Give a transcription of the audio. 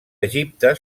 egipte